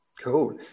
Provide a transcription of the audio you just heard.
Cool